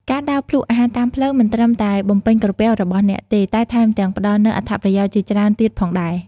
ការដើរភ្លក្សអាហារតាមផ្លូវមិនត្រឹមតែបំពេញក្រពះរបស់អ្នកទេ តែថែមទាំងផ្តល់នូវអត្ថប្រយោជន៍ជាច្រើនទៀតផងដែរ ។